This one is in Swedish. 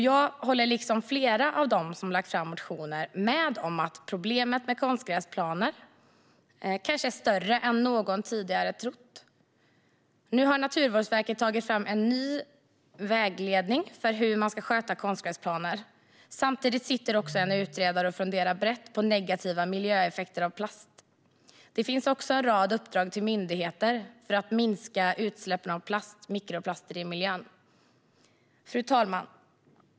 Jag håller med flera av dem som väckt motioner om att problemet med konstgräsplaner kanske är större än någon tidigare trott. Nu har Naturvårdsverket tagit fram en ny vägledning för hur man ska sköta konstgräsplaner. Samtidigt sitter en utredare och funderar brett på negativa miljöeffekter av plast. Det finns också en rad uppdrag till myndigheter för att minska utsläppen av mikroplaster i miljön. Fru talman!